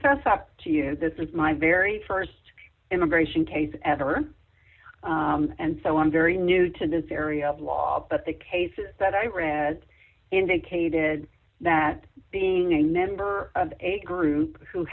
fess up to you this is my very st immigration case ever and so i'm very new to this area of law but the cases that i read indicated that being a member of a group who